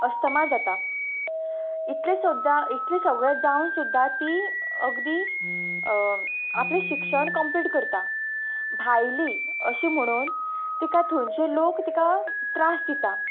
asthma जाता इतलें सुद्दां इतलें सगळें जावन सुद्दां ती अगदी आपलें शिक्षण कम्प्लीट करता भायली अशी म्हणून तिका थंयचे लोक तिका त्रास दिता